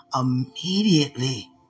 immediately